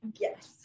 Yes